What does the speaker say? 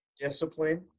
discipline